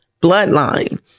bloodline